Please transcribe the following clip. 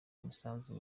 umusanzu